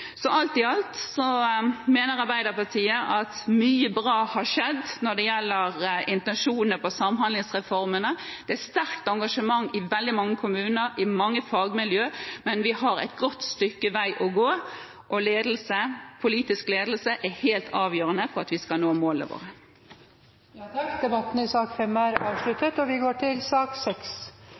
Alt i alt mener Arbeiderpartiet at mye bra har skjedd når det gjelder intensjonene bak samhandlingsreformen. Det er et sterkt engasjement i veldig mange kommuner og i mange fagmiljøer, men vi har et godt stykke vei å gå, og ledelse, politisk ledelse, er helt avgjørende for at vi skal nå målene våre. Flere har ikke bedt om ordet til sak nr. 5. Dette er